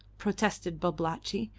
protested babalatchi.